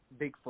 Bigfoot